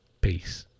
Peace